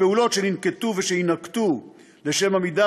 הפעולות שננקטו ושיינקטו לשם עמידה